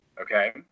Okay